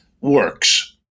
works